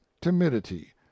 timidity